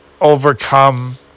overcome